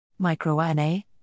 MicroRNA